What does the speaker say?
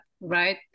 right